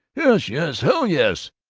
yes, yes! hell, yes!